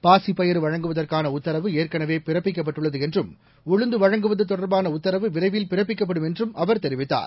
பாசிப்பயறு வழங்குவதற்கான உத்தரவு ஏற்கனவே பிறப்பிக்கப்பட்டுள்ளது என்றும் உளுந்து வழங்குவது தொடர்பான உத்தரவு விரைவில் பிறப்பிக்கப்படும் என்றும் அவர் தெரிவித்தார்